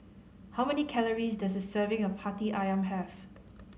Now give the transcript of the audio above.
how many calories does a serving of Hati Ayam have